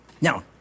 Now